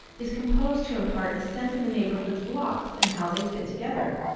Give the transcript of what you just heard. is composed to impart a sense of the neighborhood's blocks and how they fit together.